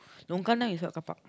longkang is what car park